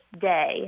day